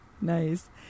nice